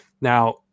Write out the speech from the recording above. Now